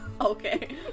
Okay